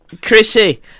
Chrissy